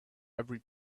every